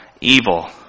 evil